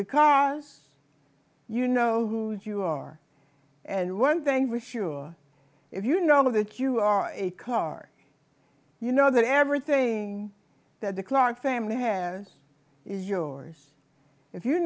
because you know who you are and one thing for sure if you know that you are a car you know that everything that the clark family has is yours if you